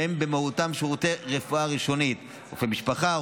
שהם במהותם שירותי רפואה ראשונית: רופא משפחה,